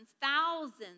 thousands